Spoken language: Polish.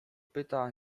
pyta